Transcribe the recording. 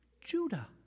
Judah